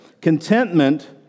Contentment